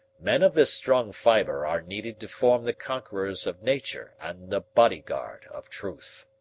men of this strong fibre are needed to form the conquerors of nature and the bodyguard of truth.